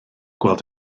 gweled